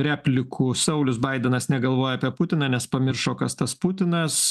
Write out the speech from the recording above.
replikų saulius baidenas negalvoja apie putiną nes pamiršo kas tas putinas